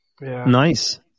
Nice